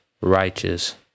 righteous